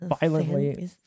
violently